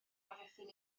amddiffyn